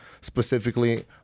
specifically